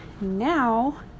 now